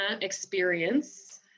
experience